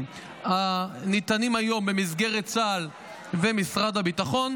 הניתנים היום במסגרת צה"ל ומשרד הביטחון,